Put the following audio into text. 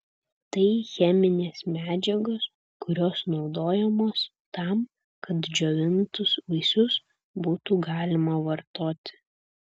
tai cheminės medžiagos kurios naudojamos tam kad džiovintus vaisius būtų galima vartoti